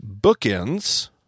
bookends